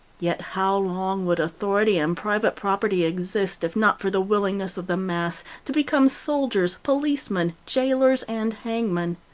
yet how long would authority and private property exist, if not for the willingness of the mass to become soldiers, policemen, jailers, and hangmen.